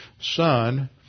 son